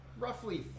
roughly